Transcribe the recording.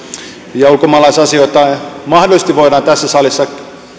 ja ulkomaalaisasioita mahdollisesti voidaan tässä salissa